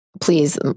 please